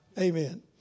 Amen